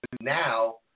now